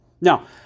Now